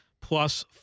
plus